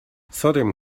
sodium